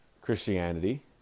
Christianity